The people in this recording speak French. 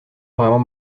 vraiment